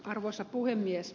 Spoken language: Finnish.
arvoisa puhemies